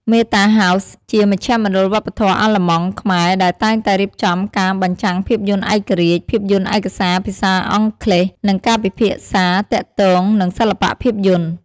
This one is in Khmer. មេតា ហោស៍ (Meta House) ជាមជ្ឈមណ្ឌលវប្បធម៌អាល្លឺម៉ង់-ខ្មែរ ដែលតែងតែរៀបចំការបញ្ចាំងភាពយន្តឯករាជ្យ ភាពយន្តឯកសារភាសាអង់គ្លេស និងការពិភាក្សាទាក់ទងនឹងសិល្បៈភាពយន្ត។